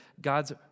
God's